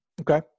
Okay